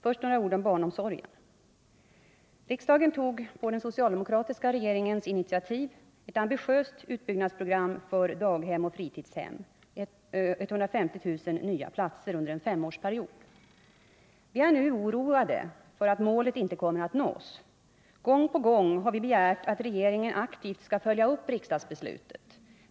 Först några ord om barnomsorgen. Vi är nu oroade för att målet inte kommer att nås. Gång på gång har vi begärt att regeringen aktivt skall följa upp riksdagsbeslutet.